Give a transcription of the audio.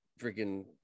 freaking